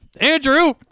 Andrew